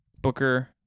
Booker